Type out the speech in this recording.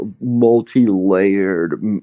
multi-layered